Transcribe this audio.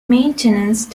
maintenance